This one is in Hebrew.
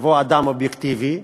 יבוא אדם אובייקטיבי,